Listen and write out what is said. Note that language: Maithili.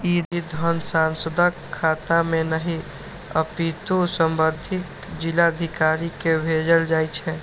ई धन सांसदक खाता मे नहि, अपितु संबंधित जिलाधिकारी कें भेजल जाइ छै